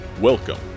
Welcome